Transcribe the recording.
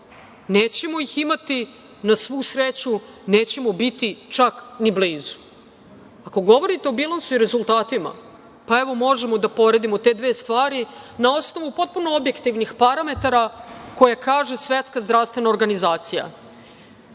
nećemo ih imati, na svu sreću nećemo biti, čak, ni blizu. Ako govorite o bilansu i rezultatima, pa, evo, možemo da poredimo te dve stvari na osnovu potpuno objektivnih parametara koje kaže Svetska zdravstvena organizacija.